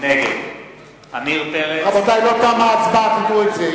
נגד רבותי, לא תמה ההצבעה, תדעו את זה.